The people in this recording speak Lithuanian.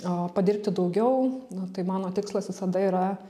padirbti daugiau na tai mano tikslas visada yra